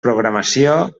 programació